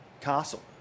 Castle